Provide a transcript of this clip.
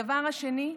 הדבר השני: